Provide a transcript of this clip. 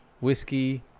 Whiskey